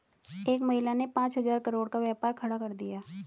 एक महिला ने पांच हजार करोड़ का व्यापार खड़ा कर दिया